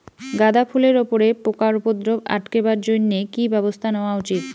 গাঁদা ফুলের উপরে পোকার উপদ্রব আটকেবার জইন্যে কি ব্যবস্থা নেওয়া উচিৎ?